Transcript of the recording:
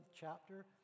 chapter